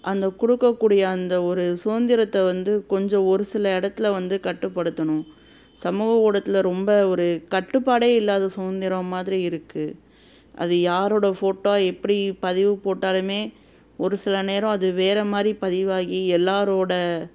அந்த கொடுக்கக்கூடிய அந்த ஒரு சுதந்திரத்தை வந்து கொஞ்சம் ஒரு சில இடத்துல வந்து கட்டுப்படுத்தணும் சமூக ஊடகத்தில் ரொம்ப ஒரு கட்டுப்பாடே இல்லாத சுதந்திரம் மாதிரி இருக்குது அது யாரோட ஃபோட்டோ எப்படி பதிவு போட்டாலுமே ஒரு சில நேரம் அது வேறு மாதிரி பதிவாகி எல்லாரோட